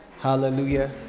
Hallelujah